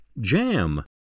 JAM